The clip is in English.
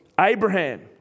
Abraham